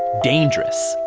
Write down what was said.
dangerous,